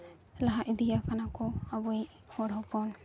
ᱞᱟᱦᱟ ᱫᱤᱭᱟᱠᱟᱱᱟ ᱠᱚ ᱟᱵᱚᱭᱤᱡ ᱦᱚᱲ ᱦᱚᱯᱚᱱ